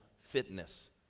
fitness